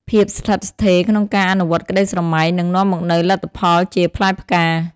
ភាពស្ថិតស្ថេរ ក្នុងការអនុវត្តក្តីស្រមៃ នឹងនាំមកនូវលទ្ធផលជាផ្លែផ្កា។